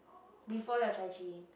before your Chai-Chee